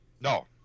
No